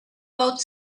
boat